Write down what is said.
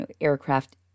aircraft